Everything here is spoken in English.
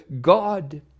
God